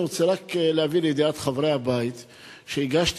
אני רוצה רק להביא לידיעת חברי הבית שהגשתי